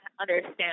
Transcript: understand